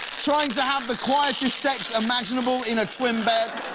trying to have the quietest sex imaginable in a twin bed.